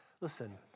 Listen